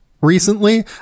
recently